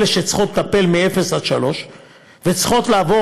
אלה שצריכות לטפל בפעוטות מאפס עד שלוש וצריכות לעבור